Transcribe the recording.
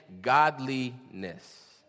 godliness